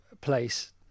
Place